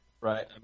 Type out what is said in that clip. Right